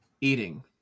eating